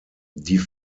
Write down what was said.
die